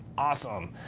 awesome.